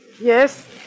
Yes